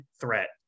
threat